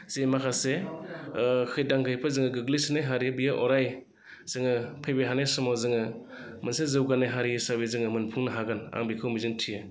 जि माखासे खैदां खैफोद जोङो गोग्लैसोनाय हारि बेयो अराय जोङो फैबाय थानाय समाव जोङो मोनसे जौगानाय हारि हिसाबै जोङो मोनफुंनो हागोन आं बेखौ मिजिंथियो